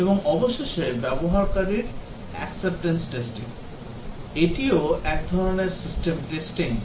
এবং অবশেষে ব্যবহারকারী acceptance testing এটিও এক ধরণের সিস্টেম টেস্টিং